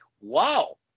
wow